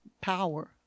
power